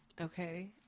Okay